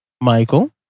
Michael